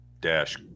dash